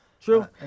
True